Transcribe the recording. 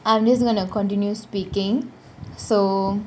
I'm just going to continue speaking so